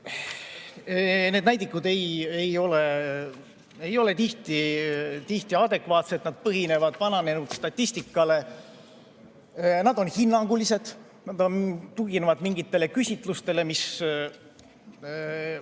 need näidikud ei ole tihti adekvaatsed. Nad põhinevad vananenud statistikal. Nad on hinnangulised, tuginevad mingitele küsitlustele, mis võivad